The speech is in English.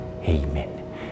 Amen